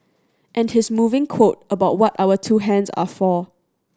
and his moving quote about what our two hands are for